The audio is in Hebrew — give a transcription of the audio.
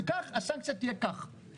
הסנקציה תהיה כך וכך.